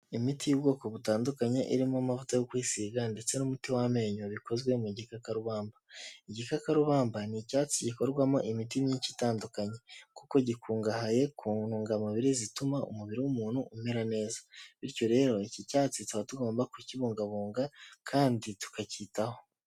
Imiti y'ubwoko butandukanye irimo amavuta yo kwisiga ndetse n'umuti w'amenyo bikozwe mu gikakarubamba, igikakarubamba ni icyatsi gikorwamo imiti myinshi itandukanye kuko gikungahaye ku ntungamubiri zituma umubiri w'umuntu umera neza, bityo rero iki cyatsi tuba tugomba kukibungabunga kandi tukacyitaho.